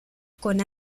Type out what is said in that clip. con